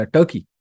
Turkey